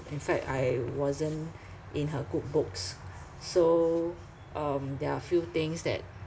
in fact I wasn't in her good books so um there are a few things that